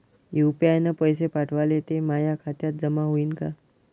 UPI न पैसे पाठवले, ते माया खात्यात जमा होईन का?